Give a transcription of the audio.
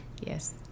yes